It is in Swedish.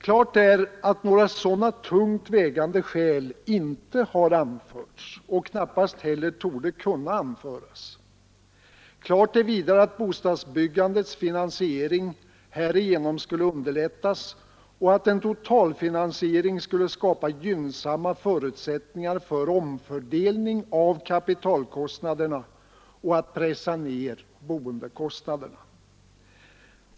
Klart är att några sådana tungt vägande skäl inte har anförts och knappast heller torde kunna anföras. Klart är vidare att bostadsbyggandets finansiering härigenom skulle underlättas och att en totalfinansiering skulle skapa gynnsamma förutsättningar för omfördelningen av kapitalkostnaderna och pressa ned boendekostnaderna.